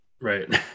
Right